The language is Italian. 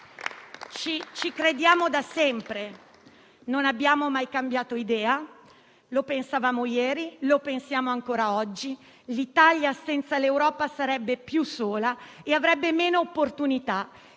nell'Europa; da sempre, e non abbiamo mai cambiato idea: lo pensavamo ieri e lo pensiamo ancora oggi; l'Italia senza l'Europa sarebbe più sola e avrebbe meno opportunità